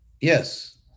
Yes